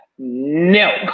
No